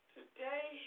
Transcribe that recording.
Today